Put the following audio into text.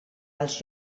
als